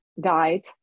died